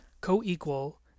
co-equal